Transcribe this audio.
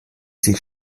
sich